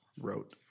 wrote